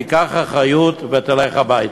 תיקח אחריות ותלך הביתה.